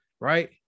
Right